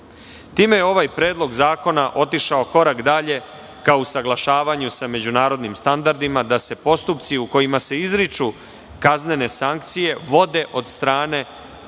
Time je ovaj predlog zakona otišao korak dalje ka usaglašavanju sa međunarodnim standardima, da se postupci u kojima se izriču kaznene sankcije vode od strane